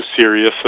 serious